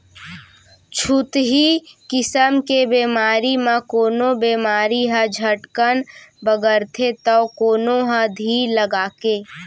छुतही किसम के बेमारी म कोनो बेमारी ह झटकन बगरथे तौ कोनो ह धीर लगाके